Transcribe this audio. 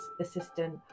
assistant